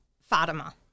Fatima